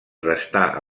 restà